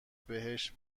بهش